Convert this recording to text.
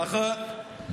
נכון.